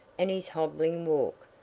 and his hobbling walk,